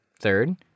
Third